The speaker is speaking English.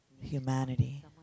humanity